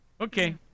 Okay